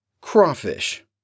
Crawfish